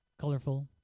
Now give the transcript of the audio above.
Colorful